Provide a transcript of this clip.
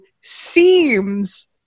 seems